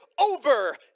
over